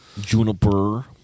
juniper